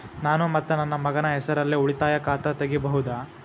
ನಾನು ಮತ್ತು ನನ್ನ ಮಗನ ಹೆಸರಲ್ಲೇ ಉಳಿತಾಯ ಖಾತ ತೆಗಿಬಹುದ?